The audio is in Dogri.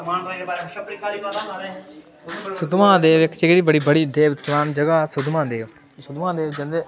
सुद्ध महादेव इक बड़ी देवस्थान जगह ऐ सुद्ध महादेव जंदे